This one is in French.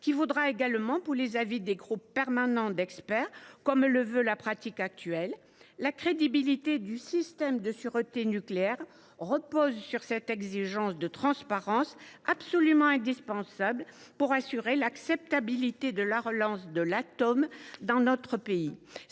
qui vaudra également pour les avis des groupes permanents d’experts, comme c’est le cas dans la pratique actuelle. La crédibilité du système de sûreté nucléaire repose sur cette exigence de transparence, absolument indispensable pour assurer l’acceptabilité de la relance de l’atome dans notre pays.